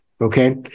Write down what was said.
okay